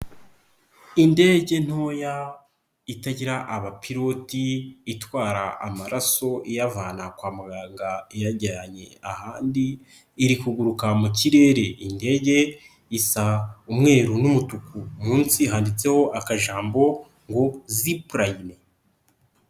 Indege ntoya itagira abapiloti itwara amaraso iyavana kwa muganga iyajyanye ahandi, iri kuguruka mu kirere, iyi indege isa umweru n'umutuku, munsi handitseho akajambo ngo zipurayine.